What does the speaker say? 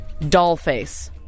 Dollface